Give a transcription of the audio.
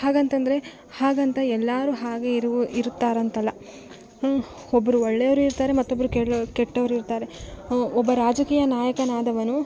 ಹಾಗಂತಂದರೆ ಹಾಗಂತ ಎಲ್ಲಾರು ಹಾಗೆ ಇರುವು ಇರುತ್ತಾರೆ ಅಂತಲ್ಲ ಹ್ಞೂ ಒಬ್ಬರು ಒಳ್ಳೆಯವರು ಇರ್ತಾರೆ ಮತ್ತೊಬ್ಬರು ಕೆಡ್ಲ್ ಕೆಟ್ಟವರು ಇರ್ತಾರೆ ಹ್ಞೂ ಒಬ್ಬ ರಾಜಕೀಯ ನಾಯಕನಾದವನು